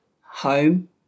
home